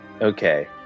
Okay